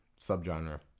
subgenre